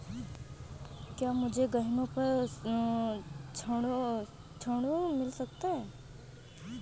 क्या मुझे गहनों पर ऋण मिल सकता है?